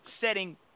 Setting